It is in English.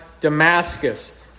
Damascus